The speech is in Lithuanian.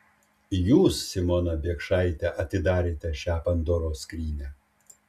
jūs simona biekšaite atidarėte šią pandoros skrynią